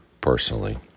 personally